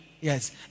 Yes